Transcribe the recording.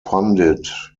pundit